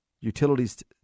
utilities